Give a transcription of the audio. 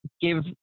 give